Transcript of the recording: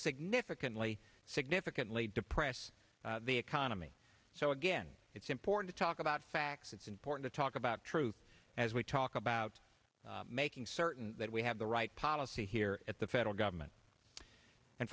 significantly significantly depress the economy so again it's important to talk about facts it's important to talk about truth as we talk about making certain that we have the right policy here at the federal government and